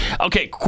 Okay